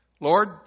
Lord